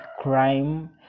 crime